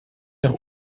nach